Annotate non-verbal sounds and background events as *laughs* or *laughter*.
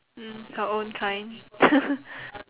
mm her own kind *laughs*